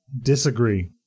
Disagree